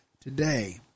today